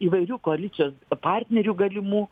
įvairių koalicijos partnerių galimų